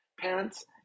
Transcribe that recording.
parents